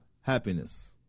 happiness